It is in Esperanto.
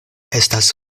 estas